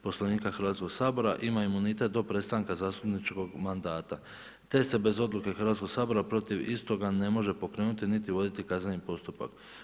Poslovnika Hrvatskoga sabora ima imunitet do prestanka zastupničkog mandata te se bez odluke Hrvatskog sabora protiv istoga ne može pokrenuti niti voditi kazneni postupak.